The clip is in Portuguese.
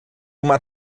uma